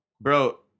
Bro